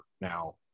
now